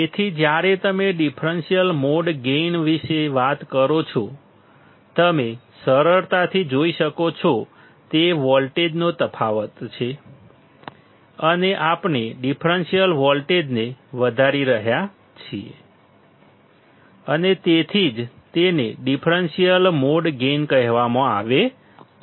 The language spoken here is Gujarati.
તેથી જ્યારે તમે ડિફરન્સલ મોડ ગેઇન વિશે વાત કરો છો તમે સરળતાથી જોઈ શકો છો તે વોલ્ટેજનો તફાવત છે અને આપણે ડિફરન્સીયલ વોલ્ટેજને વધારી રહ્યા છીએ અને તેથી જ તેને ડિફરન્સીયલ મોડ ગેઇન કહેવામાં આવે છે